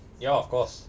ya of course